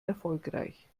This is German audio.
erfolgreich